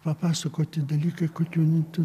papasakoti dalykai kokių nu tu